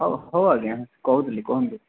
ହଉ ହଉ ଆଜ୍ଞା କହୁଥିଲି କୁହନ୍ତୁ